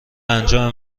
انجام